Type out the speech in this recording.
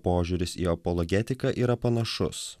požiūris į apologetiką yra panašus